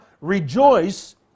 rejoice